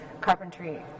carpentry